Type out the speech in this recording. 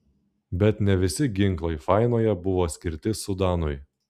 bet ne visi ginklai fainoje buvo skirti sudanui